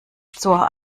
zur